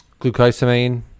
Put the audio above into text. glucosamine